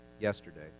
yesterday